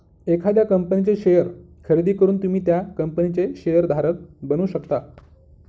एखाद्या कंपनीचे शेअर खरेदी करून तुम्ही त्या कंपनीचे शेअर धारक बनू शकता